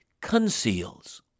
conceals